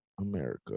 America